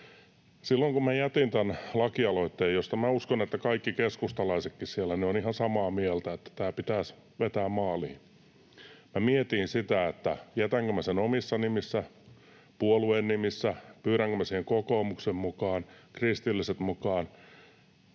Silloin kun minä jätin tämän lakialoitteen — josta uskon, että kaikki keskustalaisetkin siellä ovat ihan samaa mieltä, että tämä pitäisi vetää maaliin — mietin sitä, jätänkö sen omissa nimissä vai puolueen nimissä, pyydänkö siihen kokoomuksen mukaan, kristilliset mukaan.